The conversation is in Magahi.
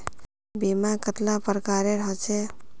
बीमा कतेला प्रकारेर होचे?